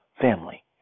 family